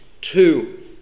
two